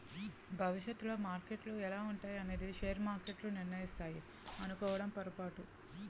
భవిష్యత్తులో మార్కెట్లు ఎలా ఉంటాయి అనేది షేర్ మార్కెట్లు నిర్ణయిస్తాయి అనుకోవడం పొరపాటు